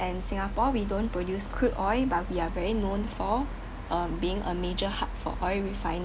and singapore we don't produce crude oil but we are very known for um being a major hub for oil refining